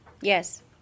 Yes